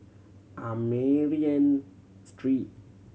Armenian Street